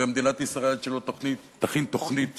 וראוי שמדינת ישראל תכין תוכנית